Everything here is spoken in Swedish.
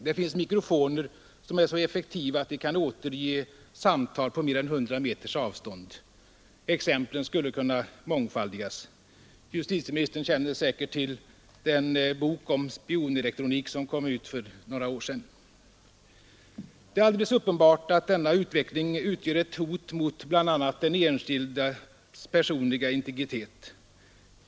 Det finns mikrofoner som är så effektiva att de kan återge samtal på mer än 100 meters avstånd. Exemplen skulle kunna mångfaldigas. Justitieministern känner säkert till den bok om spionelektronik som kom ut för några år sedan. Det är alldeles uppenbart att denna utveckling utgör ett hot mot bl.a. den enskildes personliga integritet.